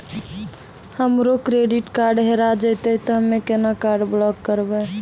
हमरो credit card हेरा जेतै ते हम्मय केना कार्ड ब्लॉक करबै?